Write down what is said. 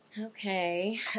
Okay